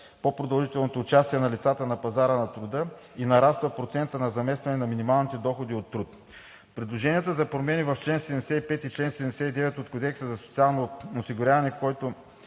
по-продължителното участие на лицата на пазара на труда и нараства процентът на заместване на миналите доходи от труд. Предложенията за промени в чл. 75 и чл. 79 от Кодекса за социално осигуряване, които